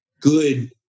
good